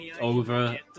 over